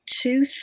two